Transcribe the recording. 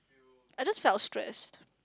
I just felt stress